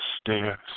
stairs